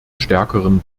stärkeren